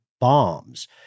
bombs